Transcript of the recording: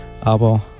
aber